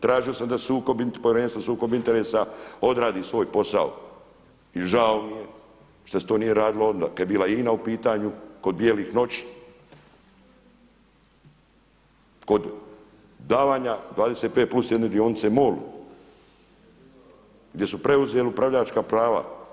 Tražio sam da Povjerenstvo za sukob interesa odradi svoj posao i žao mi je što se to nije radilo onda kada je bila INA u pitanju kod „bijelih noći“, kod davanja 25 plus 1 dionice MOL-u gdje su preuzeli upravljačka prava.